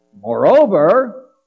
Moreover